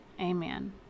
Amen